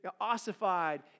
ossified